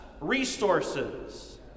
resources